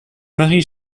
marie